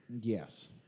Yes